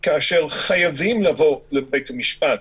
כאשר חייבים לבוא לבית המשפט